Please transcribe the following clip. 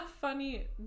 funny